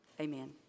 Amen